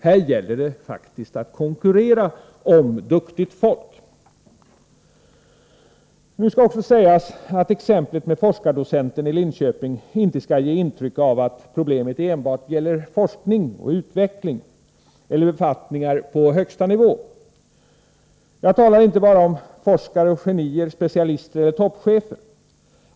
Här gäller det faktiskt att konkurrera om duktigt folk. Det skall också sägas att exemplet med forskardocenten i Jänköping, inte skall ge intrycket att problemet enbart gäller forskning och utveckling eller befattningar på högsta nivå. Jag talar inte bara om forskare och genier, specialister och toppchefer.